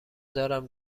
دارم